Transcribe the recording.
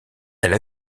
elle